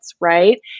right